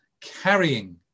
carrying